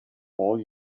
all